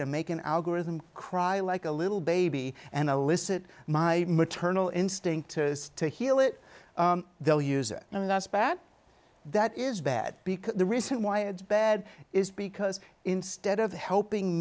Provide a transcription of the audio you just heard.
to make an algorithm cry like a little baby and a listen my maternal instinct is to heal it they'll use it and that's bad that is bad because the reason why it's bad is because instead of helping